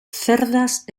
cerdas